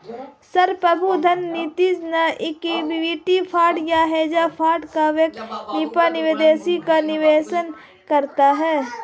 संप्रभु धन निजी इक्विटी फंड या हेज फंड वैकल्पिक निवेशों में निवेश करता है